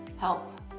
help